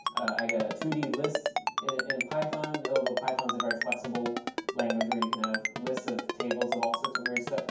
i get a two d list in python, although python's a very flexible language where you can have lists of tables of all sorts of weird stuff.